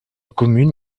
commune